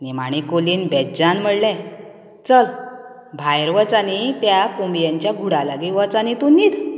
निमाणें कालयेन बेज्जान म्हणलें चल भायर वच आनी त्या कोंबयांच्या घुडा लागी वच आनी तूं न्हिद